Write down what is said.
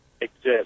exist